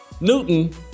Newton